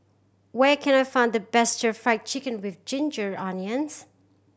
where can I find the best Stir Fry Chicken with ginger onions